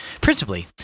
Principally